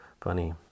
funny